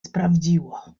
sprawdziło